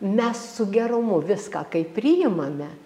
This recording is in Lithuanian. mes su gerumu viską kai priimame